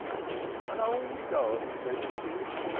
an old garden-besom it is,